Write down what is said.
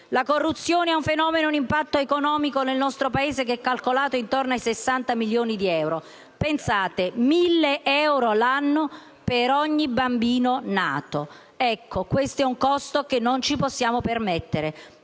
La corruzione è un fenomeno che ha un impatto economico nel nostro Paese calcolato intorno ai 60 milioni di euro. Pensate: 1.000 euro l'anno per ogni bambino nato. È un costo questo che non ci possiamo permettere,